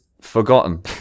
forgotten